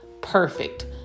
perfect